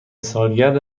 سالگرد